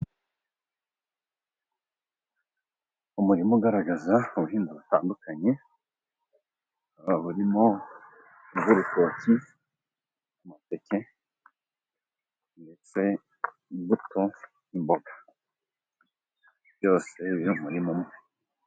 Umuririma ugaragaza ubuhinzi butandukanye, burimo urutoki ndetse imbuto n'imboga, byose biri mu murima umwe.